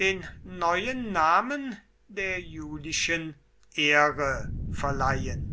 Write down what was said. den neuen namen der julischen ehre verleihen